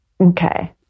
Okay